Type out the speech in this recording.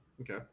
Okay